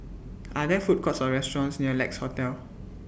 Are There Food Courts Or restaurants near Lex Hotel